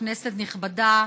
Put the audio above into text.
כנסת נכבדה,